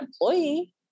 employee